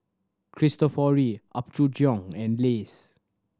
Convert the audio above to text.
Cristofori Apgujeong and Lays